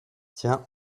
tiens